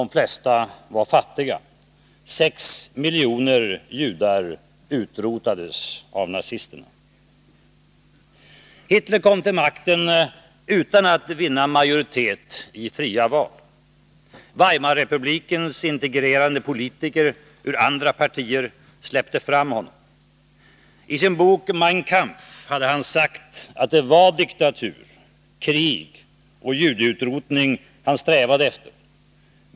De flesta var fattiga. Sex miljoner judar utrotades av nazisterna. Hitler kom till makten utan att vinna majoritet i fria val. Weimarrepublikens intrigerande politiker ur andra partier släppte fram honom. I sin bok Mein Kampf hade han sagt att det var diktatur, krig och judeutrotning han strävade efter.